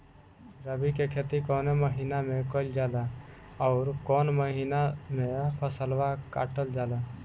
रबी की खेती कौने महिने में कइल जाला अउर कौन् महीना में फसलवा कटल जाला?